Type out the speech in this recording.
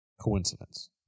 coincidence